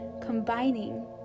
combining